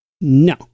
No